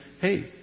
hey